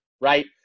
right